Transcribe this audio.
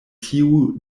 tiu